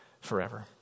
forever